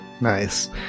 Nice